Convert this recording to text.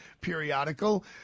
periodical